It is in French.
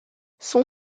son